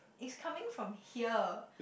is coming from here